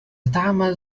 تعمل